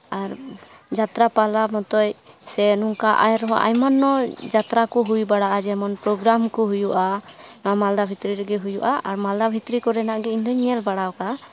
ᱟᱨ ᱡᱟᱛᱨᱟ ᱯᱟᱞᱟ ᱢᱚᱛᱚᱡ ᱥᱮ ᱱᱚᱝᱠᱟ ᱟᱨᱦᱚᱸ ᱚᱱᱟᱱᱱᱚ ᱡᱟᱛᱨᱟ ᱠᱚ ᱦᱩᱭ ᱵᱟᱲᱟᱜᱼᱟ ᱡᱮᱢᱚᱱ ᱯᱨᱳᱜᱨᱟᱢ ᱠᱚ ᱦᱩᱭᱩᱜᱼᱟ ᱢᱟᱞᱫᱟ ᱵᱷᱤᱛᱨᱤ ᱠᱚᱨᱮ ᱜᱮ ᱦᱩᱭᱩᱜᱼᱟ ᱟᱨ ᱢᱟᱞᱫᱟ ᱵᱷᱤᱛᱨᱤ ᱠᱚᱨᱮᱱᱟᱜ ᱜᱮ ᱤᱧ ᱫᱩᱧ ᱧᱮᱞ ᱵᱟᱲᱟᱣ ᱠᱟᱜᱼᱟ